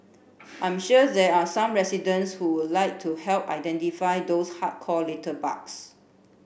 I'm sure there are some residents who would like to help identify those hardcore litterbugs